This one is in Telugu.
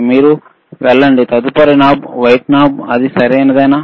మీరు తదుపరి నాబ్ కి వెళ్ళండి వైట్ నాబ్ అది సరైనదేనా